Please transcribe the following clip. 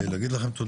תודה לכם,